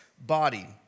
body